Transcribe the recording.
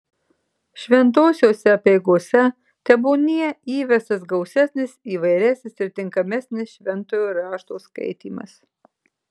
šventosiose apeigose tebūnie įvestas gausesnis įvairesnis ir tinkamesnis šventojo rašto skaitymas